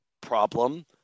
problem